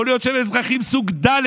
יכול להיות שהם אזרחים סוג ד',